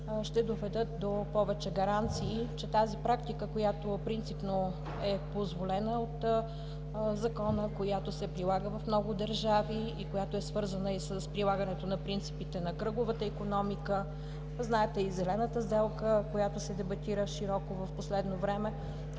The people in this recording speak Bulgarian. ще доведат до повече гаранции, че тази практика, която принципно е позволена от Закона, която се прилага в много държави, свързана и с прилагането на принципите на кръговата икономика, знаете, и Зелената сделка, която се дебатира широко в последно време,